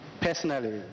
personally